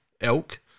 elk